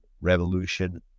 revolution